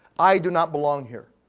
i do not belong here.